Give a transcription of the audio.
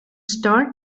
start